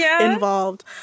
involved